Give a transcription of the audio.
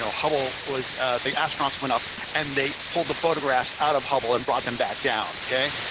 ah hubble was the astronauts went up and they pulled the photographs out of hubble and brought them back down. ok.